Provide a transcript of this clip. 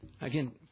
Again